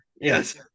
Yes